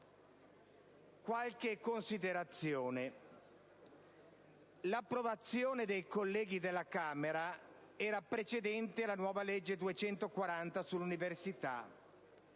qualche considerazione. L'approvazione dei colleghi della Camera ha preceduto la nuova legge n. 240 del 2010 sull'università,